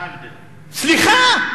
סליחה?